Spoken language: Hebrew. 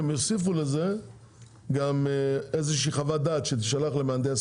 הם יוסיפו לזה גם איזושהי חוות דעת שתישלח למהנדס